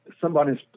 somebody's